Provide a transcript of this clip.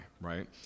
right